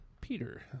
peter